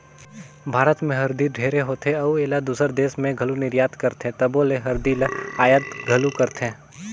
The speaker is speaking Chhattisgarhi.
भारत में हरदी ढेरे होथे अउ एला दूसर देस में घलो निरयात करथे तबो ले हरदी ल अयात घलो करथें